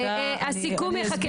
הסיכום יחכה.